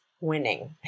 winning